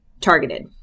targeted